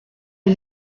est